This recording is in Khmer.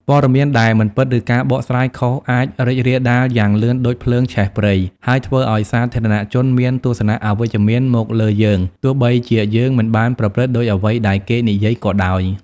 ព័ត៌មានដែលមិនពិត ឬការបកស្រាយខុសអាចរីករាលដាលយ៉ាងលឿនដូចភ្លើងឆេះព្រៃ ហើយធ្វើឱ្យសាធារណជនមានទស្សនៈអវិជ្ជមានមកលើយើង ទោះបីជាយើងមិនបានប្រព្រឹត្តដូចអ្វីដែលគេនិយាយក៏ដោយ។